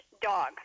dog